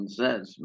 says